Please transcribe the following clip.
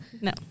no